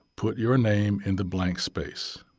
put your name in the blank space.